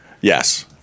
yes